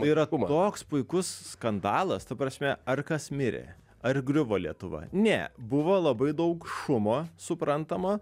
tai yra toks puikus skandalas ta prasme ar kas mirė ar griuvo lietuva ne buvo labai daug šumo suprantama